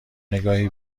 نگاهی